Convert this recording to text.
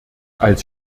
als